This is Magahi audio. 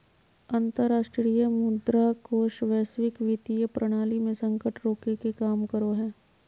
अंतरराष्ट्रीय मुद्रा कोष वैश्विक वित्तीय प्रणाली मे संकट रोके के काम करो हय